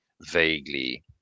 vaguely